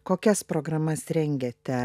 kokias programas rengiate